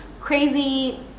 crazy